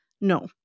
No